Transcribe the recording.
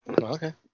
Okay